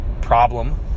Problem